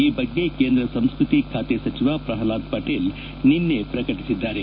ಈ ಬಗ್ಗೆ ಕೇಂದ್ರ ಸಂಸ್ಕೃತಿ ಖಾತೆ ಸಚಿವ ಪ್ರಲ್ವಾದ್ ಪಟೇಲ್ ನಿನ್ನೆ ಪ್ರಕಟಿಸಿದ್ದಾರೆ